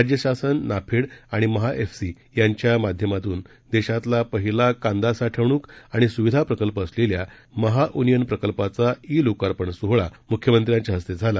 राज्य शासन नाफेड आणि महाएफपीसी यांच्या माध्यमातून देशातला पहिला कांदा साठवणूक आणि सुविधा प्रकल्प असलेल्या महाओनियन प्रकल्पाचा ई लोकार्पण सोहळा मुख्यमंत्र्यांच्या हस्ते झाला